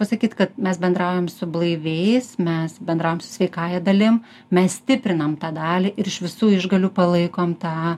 pasakyt kad mes bendraujam su blaiviais mes bendraujam su sveikąja dalim mes stiprinam tą dalį ir iš visų išgalių palaikom tą